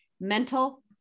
mental